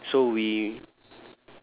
okay so we